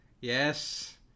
Yes